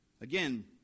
Again